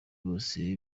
bose